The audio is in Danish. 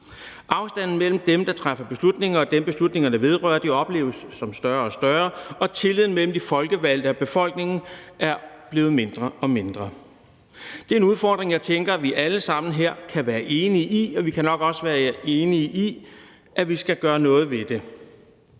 Afstanden mellem dem, der træffer beslutninger, og dem, beslutningerne vedrører, opleves som større og større, og tilliden mellem de folkevalgte og befolkningen er blevet mindre og mindre. Det er en udfordring, jeg tænker vi alle sammen her kan være enige om, og vi kan nok også være enige om, at vi skal gøre noget ved det.